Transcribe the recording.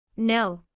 No